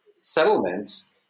settlements